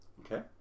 Okay